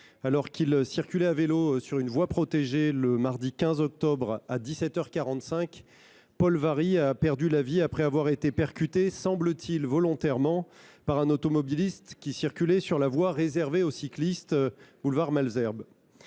alors qu’il circulait à vélo sur une voie protégée le mardi 15 octobre à 17 heures 45, Paul Varry a perdu la vie après avoir été percuté, semble t il volontairement, par un automobiliste qui circulait sur la voie réservée aux cyclistes, boulevard Malesherbes.